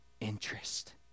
interest